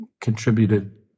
contributed